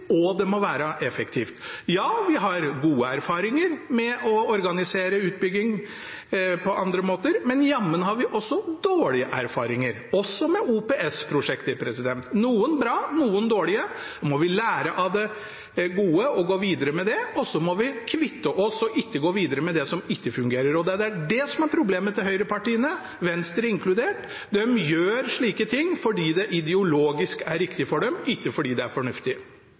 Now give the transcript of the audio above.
og det må være effektivt. Ja, vi har gode erfaringer med å organisere utbygging på andre måter, men jammen har vi også dårlige erfaringer, også med OPS-prosjekter, noen bra og noen dårlige. Vi må lære av det gode og gå videre med det, og vi må kvitte oss med og ikke gå videre med det som ikke fungerer. Problemet til høyrepartiene, Venstre inkludert, er at de gjør slike ting fordi det ideologisk er riktig for dem, ikke fordi det er fornuftig.